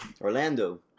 Orlando